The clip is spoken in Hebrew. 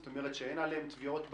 זאת אומרת, שאין עליהם תביעות בעלות.